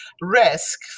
risk